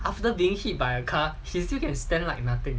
after being hit by a car he still can stand like nothing